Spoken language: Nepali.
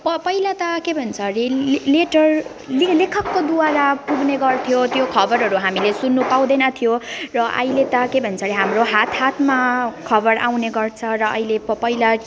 प पहिला त के भन्छ अरे लेटर लेखकको द्वारा पुग्ने गर्थ्यो त्यो खबरहरू हामीले सुन्नु पाउँदैन थियो र अहिले त के भन्छ अरे हाम्रो हात हातमा खबर आउने गर्छ अहिले प पहिला